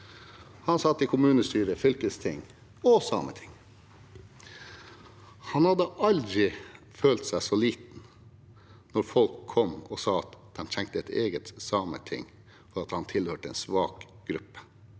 Han satt i kommunestyret, fylkestinget og Sametinget. Han hadde aldri følt seg så liten som når folk kom og sa de trengte et eget same ting fordi de tilhørte en svak gruppe.